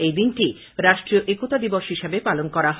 এই দিনটি রাষ্ট্রীয় একতা দবস হিসাবে পালন করা হয়